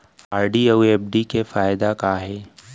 RD अऊ FD के फायेदा का हे?